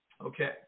Okay